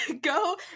go